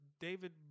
David